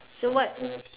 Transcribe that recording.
so what